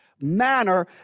manner